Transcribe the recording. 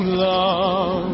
love